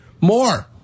more